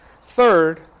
Third